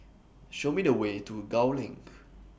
Show Me The Way to Gul LINK